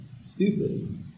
stupid